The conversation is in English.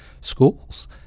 schools